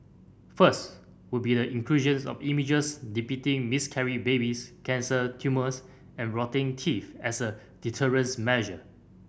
first would be the inclusions of images depicting miscarried babies cancer tumours and rotting teeth as a deterrent measure